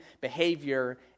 behavior